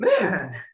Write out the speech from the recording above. man